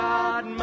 God